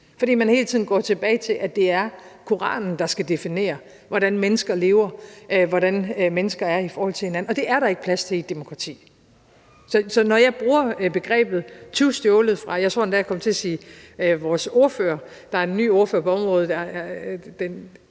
fordi man hele tiden går tilbage til, at det er koranen, der skal definere, hvordan mennesker lever, og hvordan mennesker er i forhold til hinanden, og det er der ikke plads til i et demokrati. Så når jeg bruger begrebet tyvstjålet fra vores ordfører, tror jeg endda jeg kom til at kalde ham – der er en ny ordfører på området,